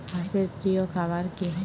হাঁস এর প্রিয় খাবার কি?